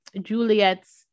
Juliet's